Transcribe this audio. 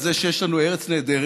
על זה שיש לנו ארץ נהדרת,